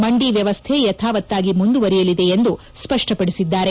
ಮಂಡಿ ವ್ಯವಸ್ಟೆ ಯಥಾವತ್ತಾಗಿ ಮುಂದುವರೆಯಲಿದೆ ಎಂದು ಸ್ಪಷ್ಷಪಡಿಸಿದ್ದಾರೆ